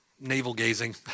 navel-gazing